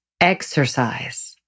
Exercise